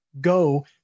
go